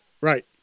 Right